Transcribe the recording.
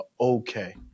okay